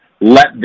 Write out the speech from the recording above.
let